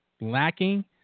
lacking